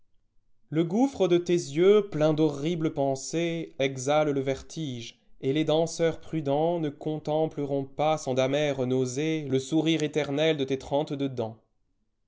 le gouffre de tes yeux plein dhorribles pensées exhale le vertige et les danseurs prudentsne contempleront pas sans d'aniêres nauséesle sourire éternel de tes trente-deux dents